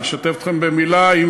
אני אשתף אתכם במילה,